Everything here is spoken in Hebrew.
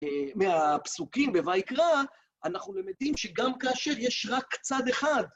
מהפסוקים בויקרא, אנחנו למדים שגם כאשר יש רק צד אחד.